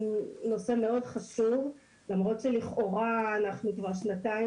נושא מאוד חשוב למרות שלכאורה אנחנו כבר שנתיים